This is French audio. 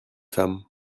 femmes